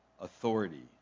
authority